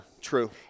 True